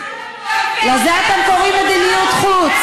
היא מראה לנו, לזה אתם קוראים מדיניות חוץ?